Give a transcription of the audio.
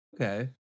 okay